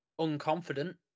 unconfident